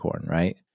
right